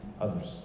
others